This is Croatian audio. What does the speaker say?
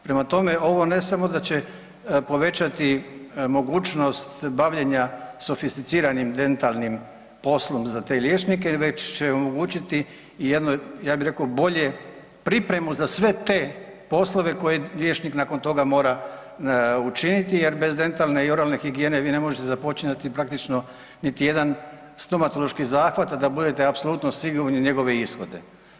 Prema tome ovo ne samo da će povećati mogućnost bavljenja sofisticiranim dentalnim poslom za te liječnike već je omogućiti i jedno ja bi rekao bolje pripremu za sve te poslove koje liječnik nakon toga mora učiniti jer bez dentalne i oralne higijene vi ne možete započinjati praktično niti jedan stomatološki zahvat a da budete apsolutno sigurni u njegove ishode.